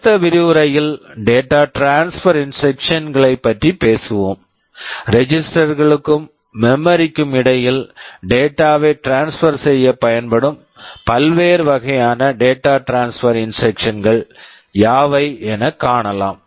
அடுத்த விரிவுரையில் data transfer data transfer instructions instructions களைப் பற்றி பேசுவோம் ரெஜிஸ்டர்ஸ் registers களுக்கும் மெமரி memory க்கும் இடையில் டேட்டா data வை ட்ரான்ஸ்பெர் transfer செய்ய பயன்படும் பல்வேறு வகையான data transfer data transfer instructions instructions கள் யாவை என காணலாம்